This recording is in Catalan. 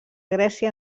grècia